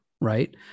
Right